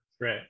Right